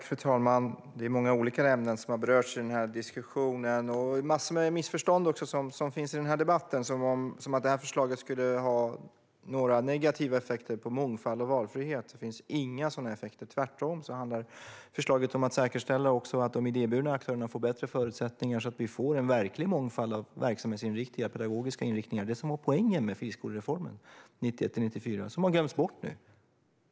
Fru talman! Det är många olika ämnen som har berörts i diskussionen. Det finns också många missförstånd i debatten, till exempel att det här förslaget skulle ha negativa effekter på mångfald och valfrihet. Det finns inga sådana effekter. Tvärtom handlar förslaget om att säkerställa att också de idéburna aktörerna får bättre förutsättningar, så att vi får en verklig mångfald av verksamhetsinriktningar och pedagogiska inriktningar. Det var ju det som var poängen med friskolereformen 1991-1994, och det har glömts bort nu.